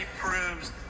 proves